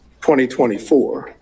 2024